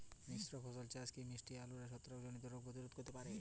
মিশ্র ফসল চাষ কি মিষ্টি আলুর ছত্রাকজনিত রোগ প্রতিরোধ করতে পারে?